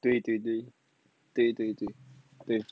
对对对对对对对对